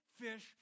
fish